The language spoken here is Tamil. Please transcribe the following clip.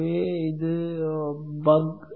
எனவே இதுதான் பக்